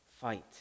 fight